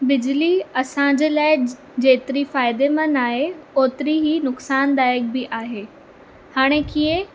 बिजली असांजे लाइ जेतिरी फ़ाइदेमंद आहे ओतिरी ई नुक़सानदाइकु बि आहे हाणे कीअं